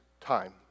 time